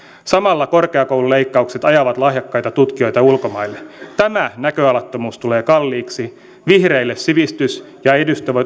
samalla korkeakoululeikkaukset ajavat lahjakkaita tutkijoita ulkomaille tämä näköalattomuus tulee kalliiksi vihreille sivistys ja